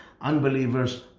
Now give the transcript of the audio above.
unbelievers